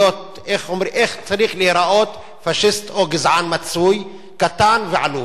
איך צריך להיראות פאשיסט או גזען מצוי, קטן ועלוב.